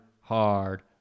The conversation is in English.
hard